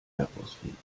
herausfinden